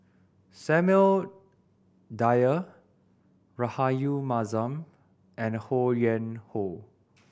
Samuel Dyer Rahayu Mahzam and Ho Yuen Hoe